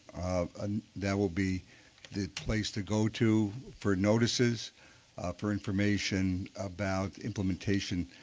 ah that will be the place to go to for notices for information about implementation,